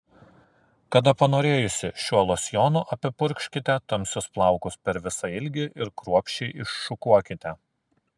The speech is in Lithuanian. kada panorėjusi šiuo losjonu apipurkškite tamsius plaukus per visą ilgį ir kruopščiai iššukuokite